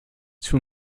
two